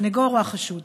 הסנגור או החשוד.